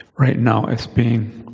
right now, as being